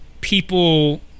people